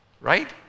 right